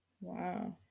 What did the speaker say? Wow